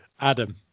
Adam